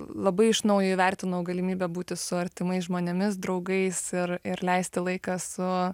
labai iš naujo įvertinau galimybę būti su artimais žmonėmis draugais ir ir leisti laiką su